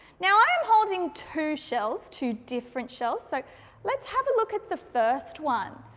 now, i am holding two shells, two different shells, so let's have a look at the first one,